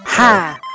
Hi